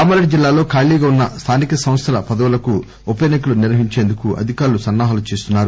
కామారెడ్డి జిల్లాలో ఖాళీగా ఉన్న స్థానిక సంస్థల పదవులకు ఉప ఎన్ని కలు నిర్వహించేందుకు అధికారులు సన్నా హాలు చేస్తున్నారు